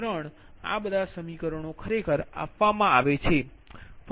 i 3 આ બધા સમીકરણો ખરેખર આપવામાં આવે છે